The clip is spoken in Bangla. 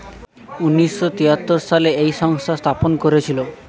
উনিশ শ তেয়াত্তর সালে এই সংস্থা স্থাপন করেছিল